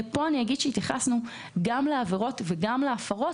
פה התייחסנו גם לעבירות וגם להפרות,